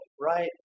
right